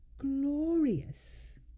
glorious